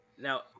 now